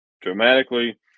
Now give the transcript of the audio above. dramatically